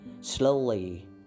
Slowly